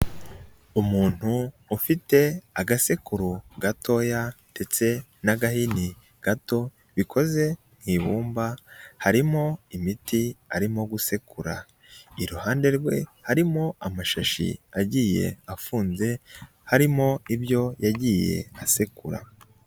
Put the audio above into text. Umuntu ufite agasekuru gatoya ndetse n'agahini gato bikoze mu ibumba, harimo imiti arimo gusekura, iruhande rwe harimo amashashi agiye afunze, harimo ibyo yagiye asekura.